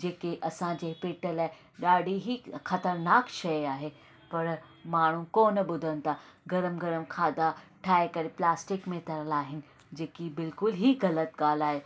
जेके असांजे पेट लाइ ॾाढी ई ख़तरनाकु शइ आहे पर माण्हूं कोन्ह ॿुधनि थी गर्म गर्म खाधा ठाहे करे प्लास्टिक में त लाहिनि जेकी बिल्कुलु ई ग़लति ॻाल्हि आहे